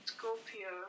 Scorpio